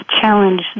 challenge